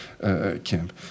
camp